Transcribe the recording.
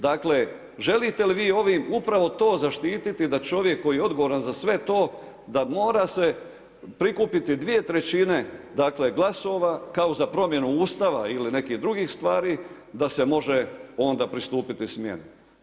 Dakle želite li vi ovim upravo to zaštiti da čovjek koji je odgovoran za sve to da mora se prikupiti dvije trećine dakle glasova kao za promjenu Ustava ili nekih drugih stvari da se može onda pristupiti smjeni.